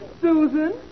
Susan